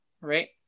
Right